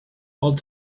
all